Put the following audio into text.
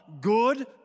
good